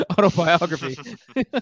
autobiography